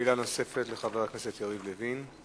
שאלה נוספת לחבר הכנסת יריב לוין.